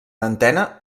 antena